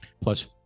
plus